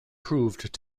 proved